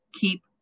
keep